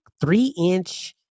three-inch